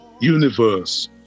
universe